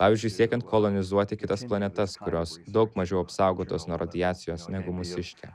pavyzdžiui siekiant kolonizuoti kitas planetas kurios daug mažiau apsaugotos nuo radiacijos negu mūsiškė